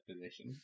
position